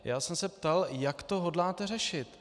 Já jsem se ptal, jak to hodláte řešit.